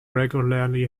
regularly